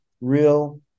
real